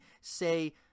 say